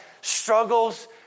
struggles